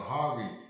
Harvey